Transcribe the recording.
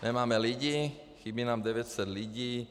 Nemáme lidi chybí nám 900 lidí.